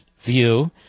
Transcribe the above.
view